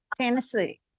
tennessee